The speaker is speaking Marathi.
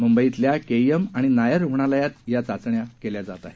मुंबईतल्या केईएम आणि नायर रुग्णालयात या चाचण्या केल्या जात आहेत